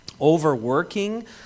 Overworking